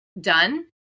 done